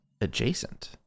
adjacent